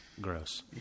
Gross